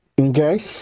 Okay